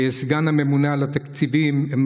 וסגן הממונה על התקציבים,